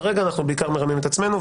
כרגע אנחנו בעיקר מרמים את עצמנו.